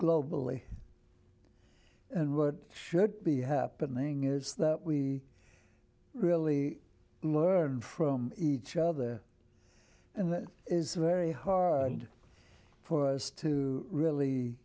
globally and what should be happening is that we really learn from each other and that is very hard for us to really